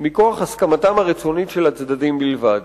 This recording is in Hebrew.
מכוח הסכמתם הרצונית של הצדדים בלבד.